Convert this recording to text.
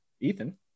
Ethan